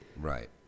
Right